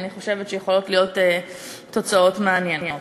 אני חושבת שיכולות להיות תוצאות מעניינות.